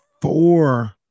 four